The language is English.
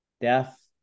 death